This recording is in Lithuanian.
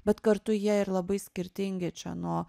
bet kartu jie ir labai skirtingi čia nuo